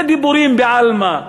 זה דיבורים בעלמא,